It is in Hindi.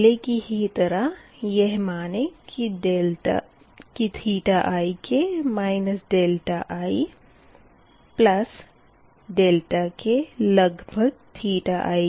पहले की ही तरह यह मानें कि ik ikik